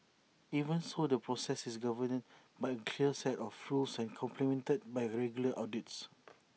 even so the process is governed by clear set of rules and complemented by regular audits